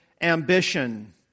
ambition